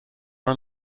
man